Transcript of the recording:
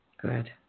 Good